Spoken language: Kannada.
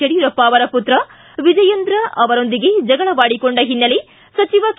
ಯಡಿಯೂರಪ್ಪ ಅವರ ಪುತ್ರ ವಿಜಯೇಂದ್ರ ಅವರೊಂದಿಗೆ ಜಗಳವಾಡಿಕೊಂಡ ಹಿನ್ನೆಲೆ ಸಚಿವ ಕೆ